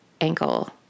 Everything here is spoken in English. ankle